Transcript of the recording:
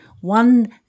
one –